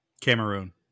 Cameroon